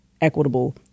equitable